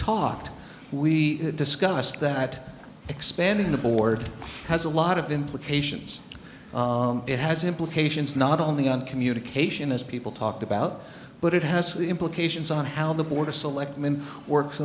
talked we discussed that expanding the board has a lot of implications it has implications not only on communication as people talked about but it has implications on how the border selectman works